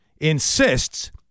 insists